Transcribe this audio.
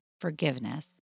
forgiveness